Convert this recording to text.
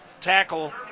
Tackle